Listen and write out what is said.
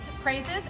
praises